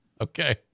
Okay